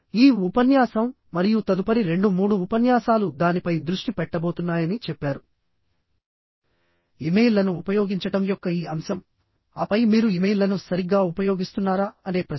ఈ ఉపన్యాసం మరియు తదుపరి రెండు మూడు ఉపన్యాసాలు దానిపై దృష్టి పెట్టబోతున్నాయని చెప్పారు ఇమెయిల్లను ఉపయోగించడం యొక్క ఈ అంశం ఆపై మీరు ఇమెయిల్లను సరిగ్గా ఉపయోగిస్తున్నారా అనే ప్రశ్న